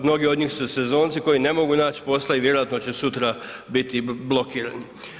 Mnogi od njih su sezonci koji ne mogu naći posla i vjerojatno će sutra biti blokirani.